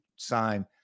sign